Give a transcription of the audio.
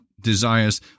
desires